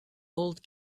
old